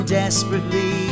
desperately